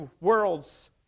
world's